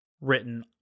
written